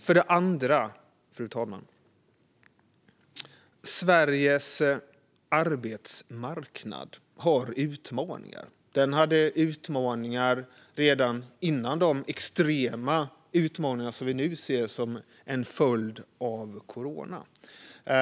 För det andra har Sveriges arbetsmarknad utmaningar. Den hade utmaningar redan före de extrema utmaningar som vi nu ser som en följd av coronaviruset.